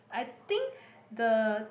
I think the